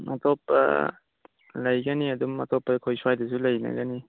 ꯑꯇꯣꯄꯄ ꯂꯩꯒꯅꯤ ꯑꯗꯨꯝ ꯑꯇꯣꯞꯄ ꯑꯩꯈꯣꯏ ꯁ꯭ꯋꯥꯏꯗꯁꯨ ꯂꯩꯅꯒꯅꯤ